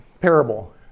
parable